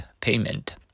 payment